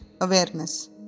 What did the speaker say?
awareness